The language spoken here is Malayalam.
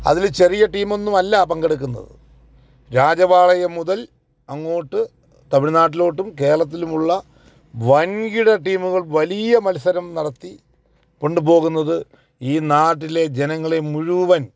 അതിൽ ചെറിയ ടീമൊന്നും അല്ല പങ്കെടുക്കുന്നത് രാജപാളയം മുതൽ അങ്ങോട്ട് തമിഴ്നാട്ടിലോട്ടും കേരളത്തിലുമുള്ള വൻകിട ടീമുകൾ വലിയ മത്സരം നടത്തി കൊണ്ട് പോകുന്നത് ഈ നാട്ടിലെ ജനങ്ങളെ മുഴുവൻ